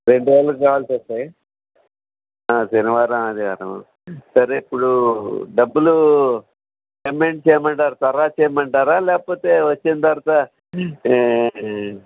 రెండు రోజులు కాల్స్ వస్తాయి శనివారం ఆదివారం సరే ఇప్పుడు డబ్బులు పేమెంట్ చేయమంటారా తరువాత చేయమంటారా లేకపోతే వచ్చిన తరువాత